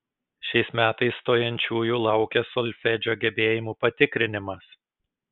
šiais metais stojančiųjų laukia solfedžio gebėjimų patikrinimas